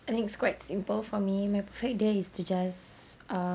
and it's quite simple for me my perfect day to just err